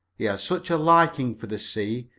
he had such a liking for the sea,